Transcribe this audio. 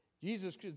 Jesus